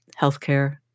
healthcare